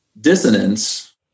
dissonance